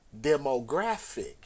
demographic